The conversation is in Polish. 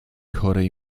chorej